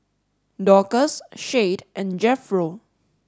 Dorcas Shade and Jethro